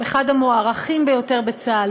אחד המוערכים ביותר בצה"ל,